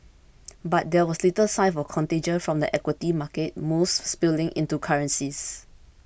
but there was little sign of contagion from the equity market moves spilling into currencies